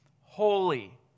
holy